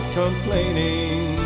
complaining